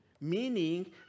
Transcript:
meaning